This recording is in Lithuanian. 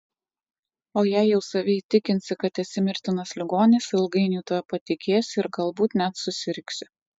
o jei jau save įtikinsi kad esi mirtinas ligomis ilgainiui tuo patikėsi ir galbūt net susirgsi